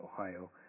Ohio